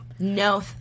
No